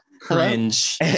cringe